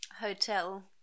hotel